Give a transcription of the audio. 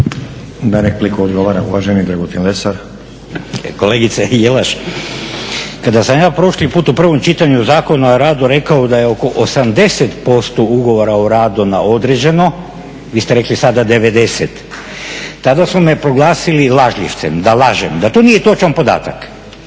laburisti - Stranka rada)** Kolegice Jelaš, kada sam ja prošli put u prvom čitanju Zakona o radu rekao da je oko 80% ugovora o radu na određeno vi ste rekli sada 90, tada su me proglasili lažljivcem, da lažem, da to nije točan podatak.